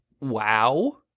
Wow